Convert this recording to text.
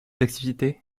d’activité